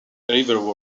river